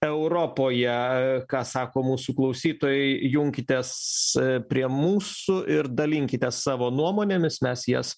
europoje ką sako mūsų klausytojai junkitės prie mūsų ir dalinkitės savo nuomonėmis mes jas